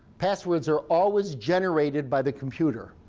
passwords are always generated by the computer.